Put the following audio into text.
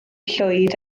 llwyd